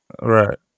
right